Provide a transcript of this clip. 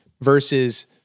versus